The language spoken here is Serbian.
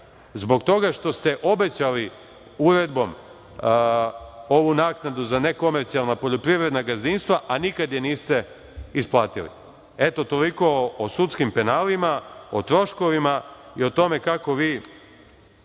zbog toga što ste obećali uredbom ovu naknadu za nekomercijalna poljoprivredna gazdinstva, a nikada je niste isplatili. Toliko o sudskim penalima, o troškovima i o tome kako vi